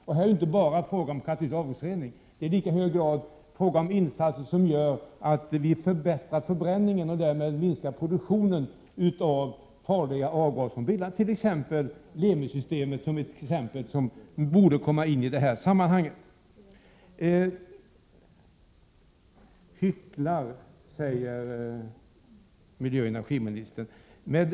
Det är inte bara fråga om katalytisk avgasrening, utan det handlar i lika hög grad om insatser som gör att vi förbättrar förbränningen och därmed minskar produktionen av farliga avgaser från bilarna, t.ex. Lemisystemet, som borde komma in i det här sammanhanget. Hycklare säger miljöoch energiministern att vi är.